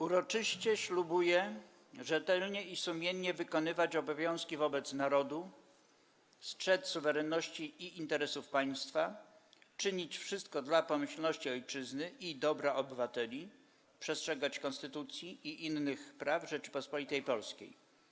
Uroczyście ślubuję rzetelnie i sumiennie wykonywać obowiązki wobec Narodu, strzec suwerenności i interesów Państwa, czynić wszystko dla pomyślności Ojczyzny i dobra obywateli, przestrzegać Konstytucji i innych praw Rzeczypospolitej Polskiej”